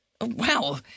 Wow